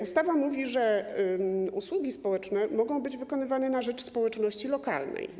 Ustawa mówi, że usługi społeczne mogą być wykonywane na rzecz społeczności lokalnej.